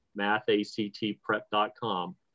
mathactprep.com